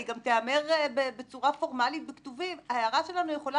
היא גם תיאמר בצורה פורמלית בכתובים יכולה